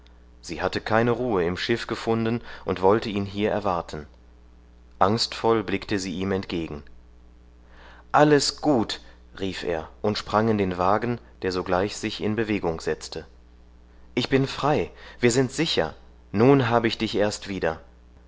sie hatte keine ruhe im schiff gefunden und wollte ihn hier erwarten angstvoll blickte sie ihm entgegen alles gut rief er und sprang in den wagen der sogleich sich in bewegung setzte ich bin frei wir sind sicher nun habe ich dich erst wieder